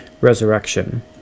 resurrection